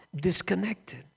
disconnected